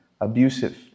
abusive